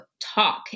talk